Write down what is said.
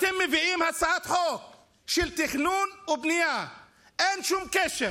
אתם מביאים הצעת חוק של תכנון ובנייה, אין שום קשר